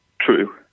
true